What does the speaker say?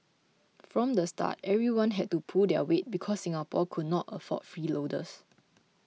from the start everyone had to pull their weight because Singapore could not afford freeloaders